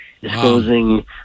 disclosing